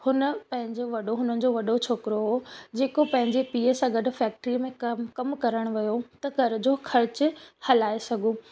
हुन पंहिंजे वॾो हुनजो वॾो छोकिरो हुओ जेको पंहिंजे पीउ सां गॾु फैक्ट्रीअ में कमु कमु करण वियो त घर जो ख़र्चु हलाए सघो